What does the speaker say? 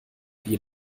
wie